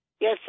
Yes